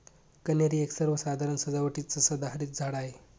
कन्हेरी एक सर्वसाधारण सजावटीचं सदाहरित झाड आहे